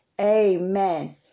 amen